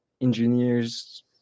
engineers